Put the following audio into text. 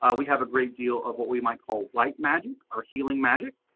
ah we have a great deal of what we might call white magic or healing magic.